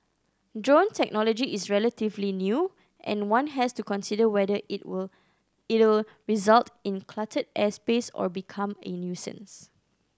drone technology is relatively new and one has to consider whether it will it'll result in cluttered airspace or become a nuisance